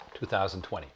2020